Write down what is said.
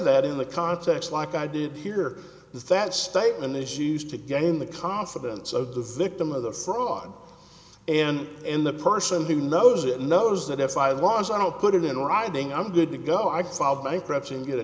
that in the context like i did here is that statement is used to gain the confidence of the victim of the fraud and and the person who knows it knows that if i was i don't put it in writing i'm good to go i file bankruptcy and get a